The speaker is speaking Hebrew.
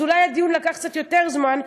אז אולי הדיון לקח קצת יותר זמן,